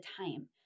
time